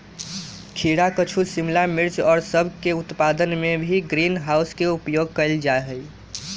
खीरा कद्दू शिमला मिर्च और सब के उत्पादन में भी ग्रीन हाउस के उपयोग कइल जाहई